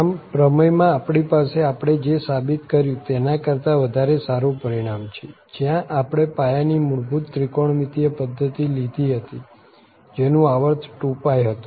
આમ પ્રમેય માં આપણી પાસે આપણે જે સાબિત કર્યું તેના કરતા વધારે સારું પરિણામ છે જ્યાં આપણે પાયા ની મૂળભૂત ત્રિકોણમિતિય પધ્ધતિ લીધી હતી જેનું આવર્ત 2π હતું